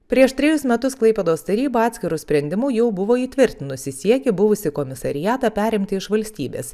prieš trejus metus klaipėdos taryba atskiru sprendimu jau buvo įtvirtinusi siekį buvusį komisariatą perimti iš valstybės